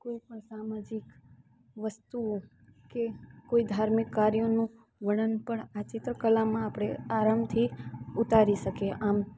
કોઈપણ સામાજિક વસ્તુઓ કે કોઈ ધાર્મિક કાર્યનું વર્ણન પણ આ ચિત્ર કલામાં આપણે આરામથી ઉતારી શકીએ આમ